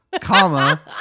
comma